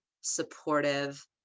supportive